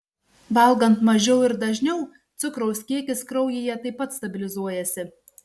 valgant mažiau ir dažniau cukraus kiekis kraujyje taip pat stabilizuojasi